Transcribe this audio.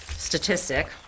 Statistic